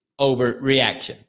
overreaction